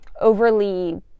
overly